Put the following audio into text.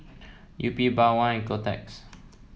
Yupi Bawang and Kotex